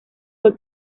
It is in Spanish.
fue